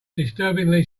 disturbingly